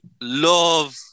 love